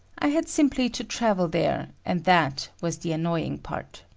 i had simply to travel there and that was the annoying part.